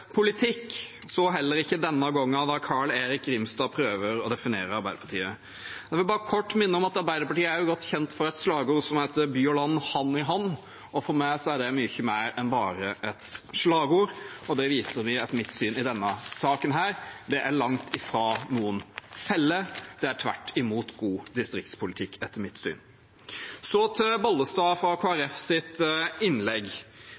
politikk – heller ikke denne gangen, da Carl-Erik Grimstad prøvde å definere Arbeiderpartiet. Jeg vil bare kort minne om at Arbeiderpartiet er godt kjent for slagordet «By og land – hand i hand». For meg er det mye mer enn bare et slagord, og det viser vi, etter mitt syn, i denne saken. Dette er langt ifra noen felle; det er tvert imot god distriktspolitikk, etter mitt syn. Så til representanten Bollestad, fra Kristelig Folkeparti, sitt innlegg: